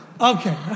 Okay